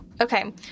Okay